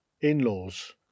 in-laws